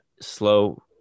slow